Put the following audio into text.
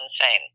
insane